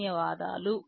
ధన్యవాదాలు